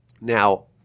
Now